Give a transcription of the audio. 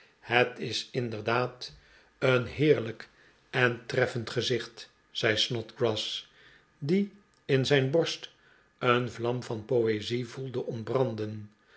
het is ihderdaad een heerlijk en treffend gezicht zei snodgrass die in zijn borst een vlam van poezie voelde ontbranden